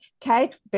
Kate